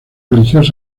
religiosas